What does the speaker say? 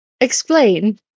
Explain